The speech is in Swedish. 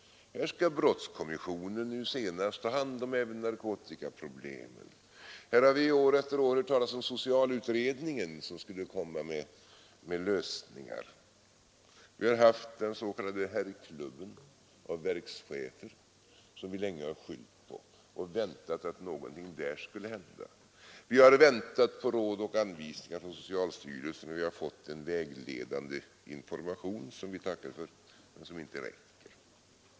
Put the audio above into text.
Här skall brottskommissionen — nu senast — ta hand om även narkotikaproblemen. Här har vi år efter år hört talas om socialutredningen, som skulle komma med lösningar, vi har haft den s.k. herrklubben av verkschefer, som vi länge har skyllt på och sagt att vi väntar att någonting där skulle hända. Vi har vidare väntat på råd och anvisningar från socialstyrelsen, och vi har därifrån fått vägledande information, som vi tackar för men som inte räcker.